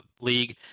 League